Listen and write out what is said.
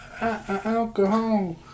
alcohol